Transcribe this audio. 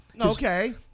Okay